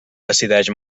decideix